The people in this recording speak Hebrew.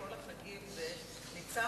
האם היה כדאי לערוך את ליל השימורים הזה ואת הדיון